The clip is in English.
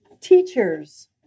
Teachers